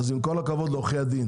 עורכי הדין